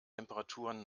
temperaturen